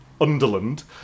Underland